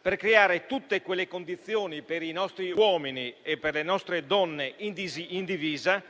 per creare tutte quelle condizioni per i nostri uomini e le nostre donne in divisa